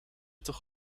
toch